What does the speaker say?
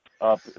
up